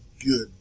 good